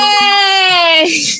Yay